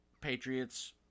Patriots